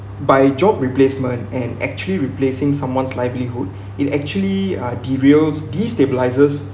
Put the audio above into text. by job replacement and actually replacing someone's livelihood it actually uh derails destabilises